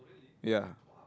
ya